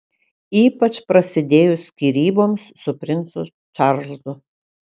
ypač prasidėjus skyryboms su princu čarlzu